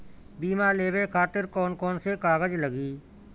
बीमा लेवे खातिर कौन कौन से कागज लगी?